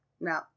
No